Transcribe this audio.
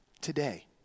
today